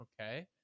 Okay